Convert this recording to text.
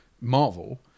Marvel